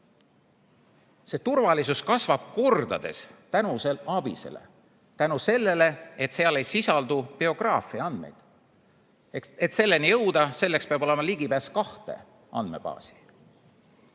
See turvalisus kasvab kordades tänus ABIS‑ele, tänu sellele, et seal ei sisaldu biograafia andmeid. Selleni jõudmiseks peab olema ligipääs kahte andmebaasi.